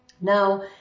Now